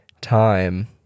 time